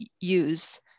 use